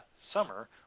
summer